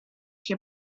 się